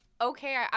okay